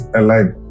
alive